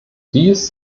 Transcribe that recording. dies